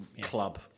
club